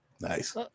Nice